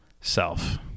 self